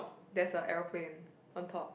there's a aeroplane on top